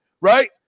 right